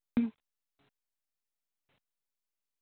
હમ